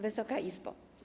Wysoka Izbo!